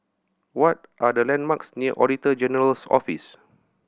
what are the landmarks near Auditor General's Office